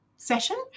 session